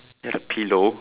you have a pillow